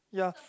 yeah